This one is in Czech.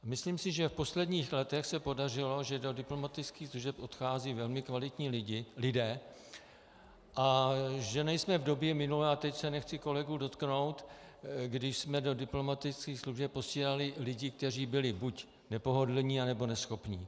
Myslím si, že v posledních letech se podařilo, že do diplomatických služeb odcházejí velmi kvalitní lidé a že nejsme v době minulé, a teď se nechci kolegů dotknout, když jsme do diplomatických služeb posílali lidi, kteří byli buď nepohodlní, nebo neschopní.